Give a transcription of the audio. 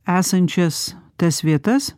esančias tas vietas